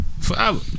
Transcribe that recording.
Forever